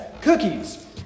cookies